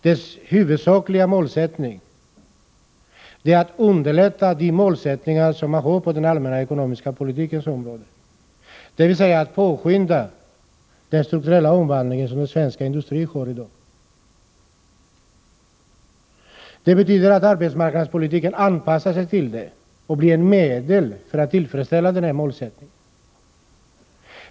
Dess huvudsakliga målsättning är att underlätta uppnåendet av de mål som man har för den allmänna ekonomiska politiken, dvs. att påskynda den strukturella omvandling som den svenska industrin i dag genomgår. Det betyder att arbetsmarknadspolitiken anpassas till detta och blir ett medel för att tillfredsställa denna målsättning.